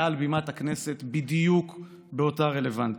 מעל בימת הכנסת, בדיוק באותה רלוונטיות.